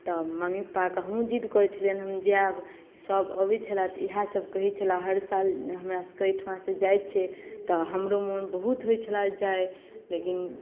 तऽ मम्मी पापाकेँ हमहूँ जिद करैत छलियनि हमहुँ जायब सभ अबैत छले तऽ इएहसभ कहैत छले हर साल हमरासभके एहिठामसँ जाइत छै तऽ हमरो मोन बहुत होइत छले जे जाइ लेकिन